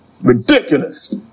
Ridiculous